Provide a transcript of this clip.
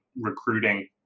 recruiting